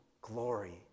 glory